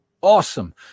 Awesome